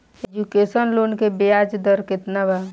Education loan के ब्याज दर केतना बा?